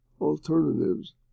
alternatives